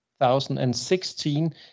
2016